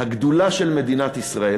הגדולה של מדינת ישראל